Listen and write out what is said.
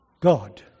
God